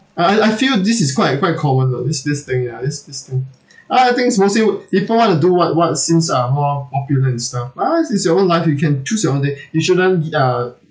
I I I feel this is quite quite common lah this this thing ya this this thing uh I think is mostly would people want to do what what seems are more popular and stuff uh is is your own life you can choose your own way you shouldn't be uh